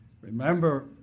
Remember